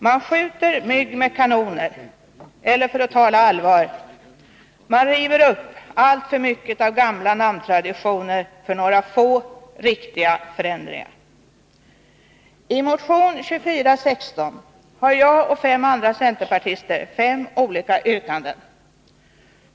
Man skjuter mygg med kanoner, eller för att tala allvar: Man river upp alltför mycket av gamla namntraditioner för några få riktiga förändringar. I motion 2416 har jag och fem andra centerpartister fem olika yrkanden.